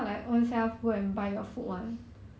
mm